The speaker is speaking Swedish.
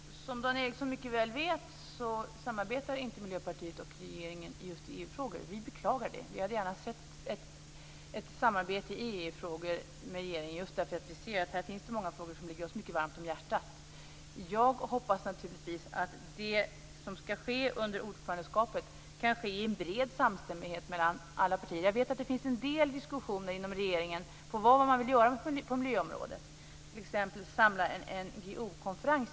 Herr talman! Som Dan Ericsson mycket väl vet samarbetar inte Miljöpartiet och regeringen just i EU frågor. Vi beklagar det. Vi hade gärna sett ett samarbete med regeringen i EU-frågor därför att det är många sådana frågor som ligger oss mycket varmt om hjärtat. Jag hoppas naturligtvis att det som ska ske under ordförandeskapet kan ske i bred samstämmighet mellan alla partier. Jag vet att det finns en del diskussioner inom regeringen om vad man vill göra på miljöområdet, t.ex. samla en NGO-konferens.